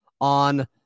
on